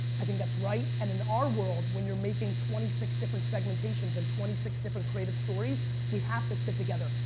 i think that's right and in our world when you're making twenty six different segmentations and twenty six different creative stories we have to sit together.